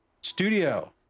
studio